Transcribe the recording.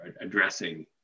addressing